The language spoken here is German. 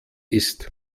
ist